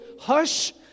Hush